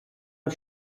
are